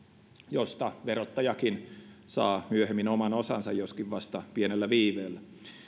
mistä verottajakin saa myöhemmin oman osansa joskin vasta pienellä viiveellä